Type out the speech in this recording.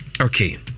Okay